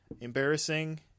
Embarrassing